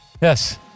Yes